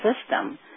system